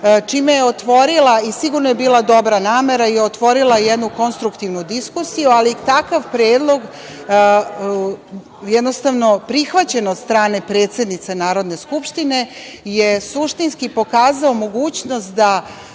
čime je otvorila i sigurno je bila dobra namera, otvorila jednu konstruktivnu diskusiju, ali takav predlog jednostavno prihvaćen od strane predsednice Narodne skupštine je suštinski pokazao mogućnost da